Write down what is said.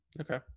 Okay